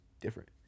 different